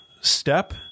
step